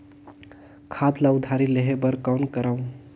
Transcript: खाद ल उधारी लेहे बर कौन करव?